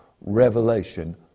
revelation